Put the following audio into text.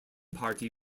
party